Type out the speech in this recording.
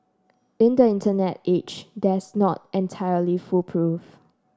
in the Internet age that's not entirely foolproof